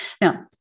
Now